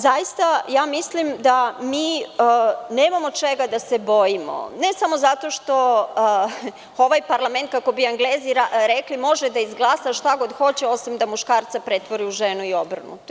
Zaista mislim da mi nemamo čega da se bojimo ne samo zato što ovaj parlament, kako bi Englezi rekli, može da izglasa šta god hoće, osim da muškarca pretvori u ženu i obrnuto.